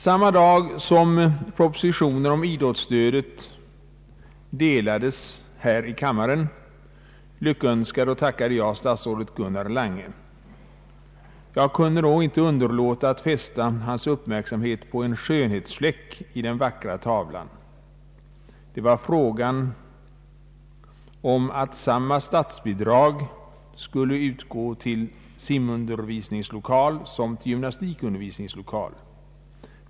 Samma dag som propositionen om idrottsstödet delades här i kammaren lyckönskade och tackade jag statsrådet Gunnar Lange. Jag kunde då inte underlåta att fästa hans uppmärksamhet på en skönhetsfläck i den vackra tavlan. Jag tänkte på förslaget att samma statsbidrag skall utgå till simundervisningslokal som till gymnastikundervisningslokal.